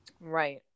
Right